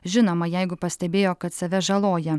žinoma jeigu pastebėjo kad save žaloja